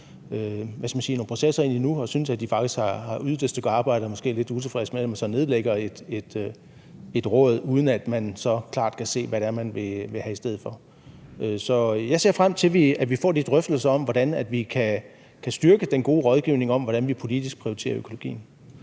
og synes, at de faktisk har ydet et stykke arbejde og måske er lidt utilfredse med, at man så nedlægger et råd, uden at de klart kan se, hvad man vil have i stedet for. Jeg ser frem til, at vi får de drøftelser om, hvordan vi kan styrke den gode rådgivning om, hvordan vi politisk prioriterer økologien.